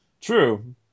True